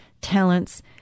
talents